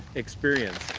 experience,